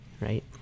Right